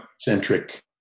centric